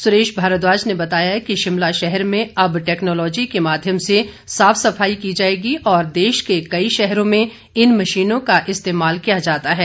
सुरेश भारद्वाज ने बताया कि शिमला शहर में अब टेकनोलोजी के माध्यम से साफ सफाई की जाएगी और देश के कई शहरो में इन मशीनों का इस्तेमाल किया जाता है